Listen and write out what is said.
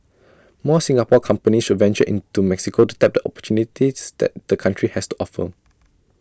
more Singapore companies should venture into Mexico to tap the opportunities that the country has to offer